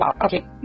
Okay